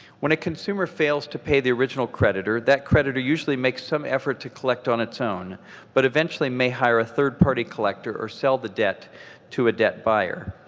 when a consumer fails to pay the original creditor, that creditor usually makes some effort to collect on its own but eventually may hire a third-party collector or sell the debt to a debt buyer.